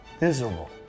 miserable